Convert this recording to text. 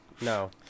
No